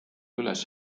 üles